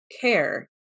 care